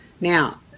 Now